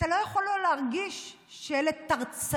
אתה לא יכול לא להרגיש שאלה תרצנים.